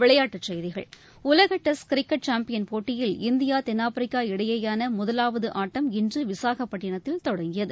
விளையாட்டுச் செய்திகள் உலக டெஸ்ட் கிரிக்கெட் சாம்பியன் போட்டியில் இந்தியா தென்னாப்பிரிக்ன இடையேயான முதவாவது ஆட்டம் இன்று விசாகப்பட்டினத்தில் தொடங்கியது